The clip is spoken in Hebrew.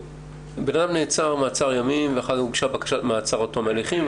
אדם נעצר במעצר ימים ואחר כך הוגשה בקשת מעצר עד תום ההליכים,